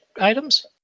items